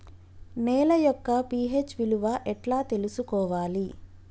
నేల యొక్క పి.హెచ్ విలువ ఎట్లా తెలుసుకోవాలి?